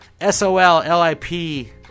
S-O-L-L-I-P